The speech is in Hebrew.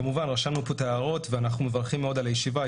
כמובן שרשמנו את ההערות שנשמעו פה ואנחנו מברכים מאד על הישיבה.